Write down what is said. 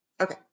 Okay